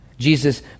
Jesus